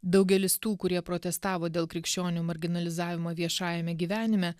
daugelis tų kurie protestavo dėl krikščionių marginalizavimo viešajame gyvenime